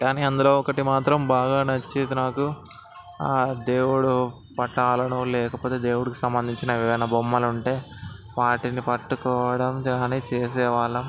కానీ అందులో ఒకటి మాత్రం బాగా నచ్చేది నాకు దేవుడు పటాలను లేకపోతే దేవుడికి సంబంధించిన లేవన్నా బొమ్మ లు ఉంటే వాటిని పట్టుకోవడం కానీ చేసేవాళ్ళం